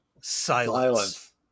silence